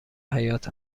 حیات